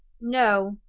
no!